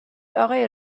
آقای